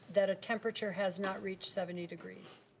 that a temperature has not reached seventy degrees.